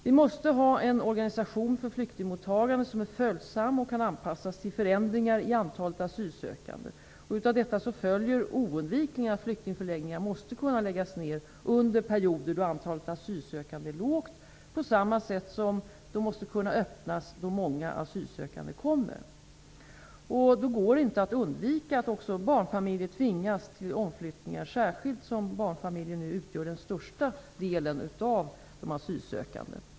Vi måste ha en organisation för flyktingmottagandet, som är följsam och kan anpassas till förändringar i antalet asylsökande. Av detta följer oundvikligen, att flyktingförläggningar måste kunna läggas ner under perioder då antalet asylsökande är lågt, på samma sätt som de måste kunna öppnas då många asylsökande kommer. Och då går det inte att undvika att också barnfamiljer tvingas till omflyttningar, särskilt som barnfamiljer nu utgör den största delen av de asylsökande.